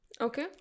Okay